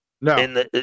No